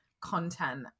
content